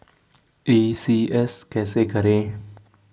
ECS कैसे करें?